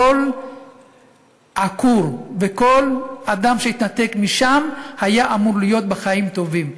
כל עקור וכל אדם שהתנתק משם היה אמור להיות בחיים טובים.